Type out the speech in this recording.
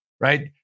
right